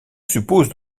suppose